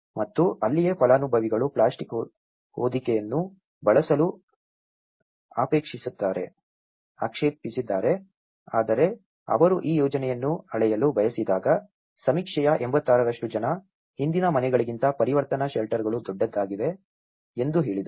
ಮತ್ತು ಅಲ್ಲಿಯೇ ಫಲಾನುಭವಿಗಳು ಪ್ಲಾಸ್ಟಿಕ್ ಹೊದಿಕೆಯನ್ನು ಬಳಸಲು ಆಕ್ಷೇಪಿಸಿದ್ದಾರೆ ಆದರೆ ಅವರು ಈ ಯೋಜನೆಯನ್ನು ಅಳೆಯಲು ಬಯಸಿದಾಗ ಸಮೀಕ್ಷೆಯ 86 ಜನ ಹಿಂದಿನ ಮನೆಗಳಿಗಿಂತ ಪರಿವರ್ತನಾ ಶೆಲ್ಟರ್ಗಳು ದೊಡ್ಡದಾಗಿವೆ ಎಂದು ಹೇಳಿದರು